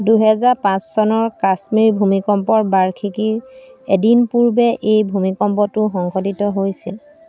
দুহেজাৰ পাঁচ চনৰ কাশ্মীৰ ভূমিকম্পৰ বাৰ্ষিকীৰ এদিন পূৰ্বে এই ভূমিকম্পটো সংঘটিত হৈছিল